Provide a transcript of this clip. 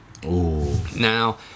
Now